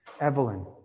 Evelyn